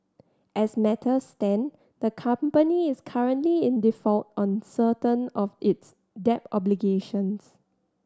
as matters stand the company is currently in default on certain of its debt obligations